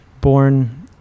born